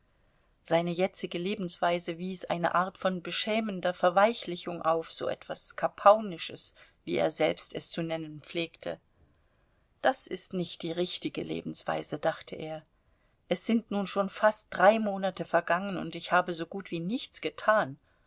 seine jetzige lebensweise wies eine art von beschämender verweichlichung auf so etwas kapaunisches wie er selbst es zu nennen pflegte das ist nicht die richtige lebensweise dachte er es sind nun schon fast drei monate vergangen und ich habe so gut wie nichts getan